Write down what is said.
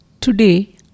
Today